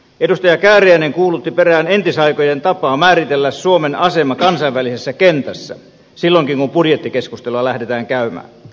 edustaja kääriäinen peräänkuulutti entisaikojen tapaa määritellä suomen asema kansainvälisessä kentässä silloinkin kun budjettikeskustelua lähdetään käymään